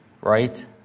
right